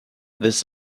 this